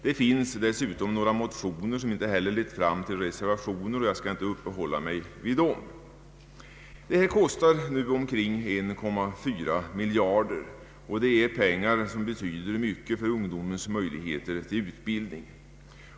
Dessutom har väckts några motioner som inte lett fram till reservationer, och jag skall inte uppehålla mig vid de motionerna. Den föreslagna reformen kostar omkring 1,4 miljarder kronor. Det är pengar som betyder mycket för ungdomens möjligheter till utbildning.